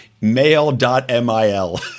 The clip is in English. mail.mil